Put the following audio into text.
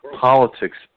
politics